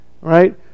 right